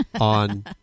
On